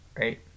Right